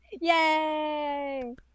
Yay